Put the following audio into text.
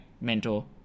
mentor